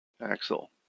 Axel